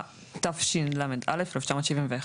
התשל"א-1971 ,